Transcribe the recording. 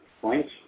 points